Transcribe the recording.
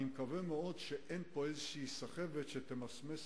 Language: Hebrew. אני מקווה מאוד שאין פה איזושהי סחבת שתמסמס